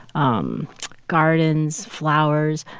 um gardens, flowers.